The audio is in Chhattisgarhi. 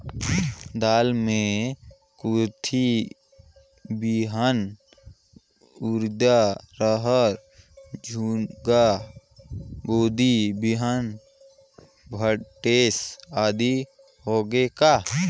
दाल मे कुरथी बिहान, उरीद, रहर, झुनगा, बोदी बिहान भटेस आदि होगे का?